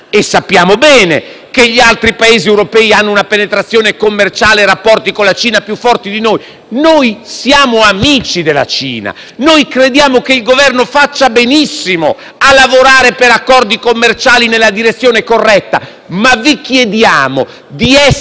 noi. Siamo amici della Cina e crediamo che il Governo faccia benissimo a lavorare per accordi commerciali nella direzione corretta, ma vi chiediamo di essere parte di un disegno europeo perché le fughe in avanti - detto sinceramente - non siamo